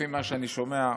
לפי מה שאני שומע,